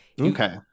okay